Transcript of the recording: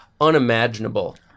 unimaginable